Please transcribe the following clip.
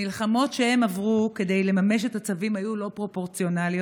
המלחמות שהם עברו כדי לממש את הצווים היו לא פרופורציונליות.